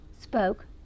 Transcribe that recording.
spoke